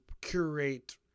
curate